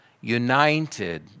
united